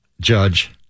Judge